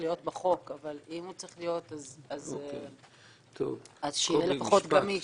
להיות בחוק אבל אם זה כבר צריך להיות אז שיהיה פחות גמיש.